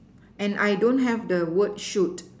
and I don't have the word shoot